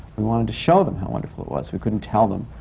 we wanted to show them how wonderful it was. we couldn't tell them,